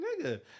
nigga